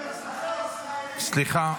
סליחה.